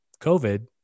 COVID